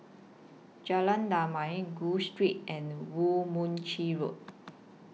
Jalan Damai Gul Street and Woo Mon Chew Road